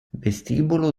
vestibolo